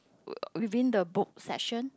within the book section